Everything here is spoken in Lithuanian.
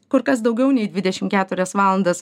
kur kas daugiau nei dvidešim keturias valandas